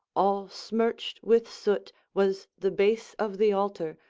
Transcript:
all smirched with soot, was the base of the altar,